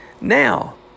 Now